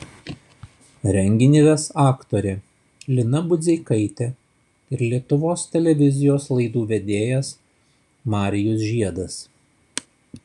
renginį ves aktorė lina budzeikaitė ir lietuvos televizijos laidų vedėjas marijus žiedas